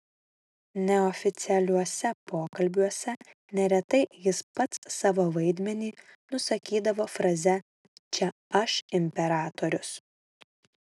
neoficialiuose pokalbiuose neretai jis pats savo vaidmenį nusakydavo fraze čia aš imperatorius